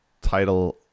title